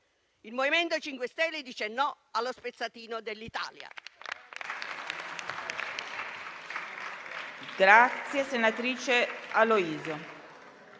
Il MoVimento 5 Stelle dice no allo spezzatino dell'Italia.